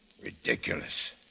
Ridiculous